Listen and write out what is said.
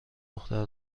دختر